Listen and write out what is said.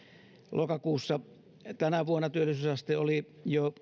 lokakuussa tänä vuonna työllisyysaste oli jo